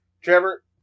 Trevor